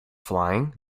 flying